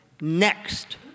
next